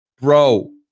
bro